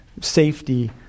safety